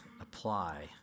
apply